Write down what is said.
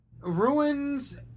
ruins